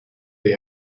they